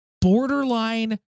borderline